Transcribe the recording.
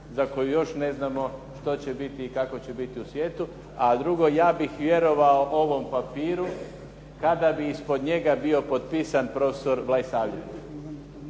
za koju još ne znamo što će biti i kako će biti u svijetu. A drugo, ja bih vjerovao ovom papiru kada bi ispod njega bio potpisan prof. …/Govornik